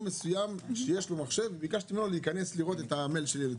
מסוים שיש בו מחשב כדי לראות את המייל שלי.